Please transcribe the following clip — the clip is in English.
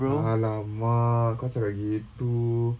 !alamak! kau cakap gitu